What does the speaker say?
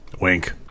Wink